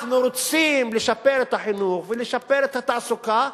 אנחנו רוצים לשפר את החינוך ולשפר את התעסוקה,